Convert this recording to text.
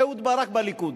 אהוד ברק בליכוד.